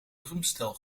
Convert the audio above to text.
drumstel